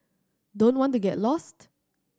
don't want to get lost